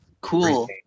cool